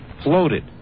Floated